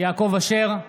יעקב אשר,